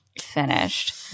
Finished